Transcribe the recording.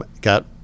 got